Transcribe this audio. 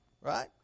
right